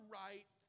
right